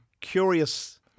curious